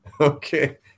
Okay